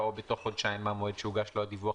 "או בתוך חודשיים מהמועד שהוגש לו הדיווח,